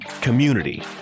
community